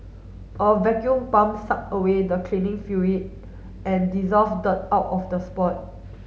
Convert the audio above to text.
a vacuum pump suck away the cleaning fluid and dissolved dirt out of the spot